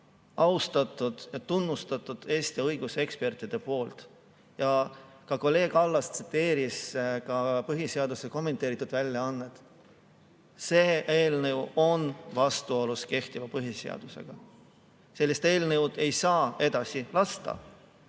austatud ja tunnustatud Eesti õiguseksperdid. Ka kolleeg Allas tsiteeris põhiseaduse kommenteeritud väljaannet. See eelnõu on vastuolus kehtiva põhiseadusega. Sellist eelnõu ei saa edasi lasta.